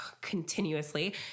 continuously